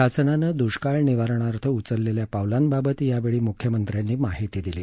शासनानं दुष्काळ निवारणार्थ उचललेल्या पावलांबाबत यावेळी मुख्यमंत्र्यांनी माहिती दिली